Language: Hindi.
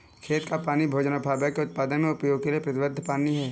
खेत का पानी भोजन और फाइबर के उत्पादन में उपयोग के लिए प्रतिबद्ध पानी है